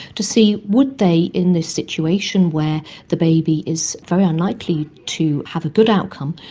to see would they in this situation where the baby is very unlikely to have a good outcome,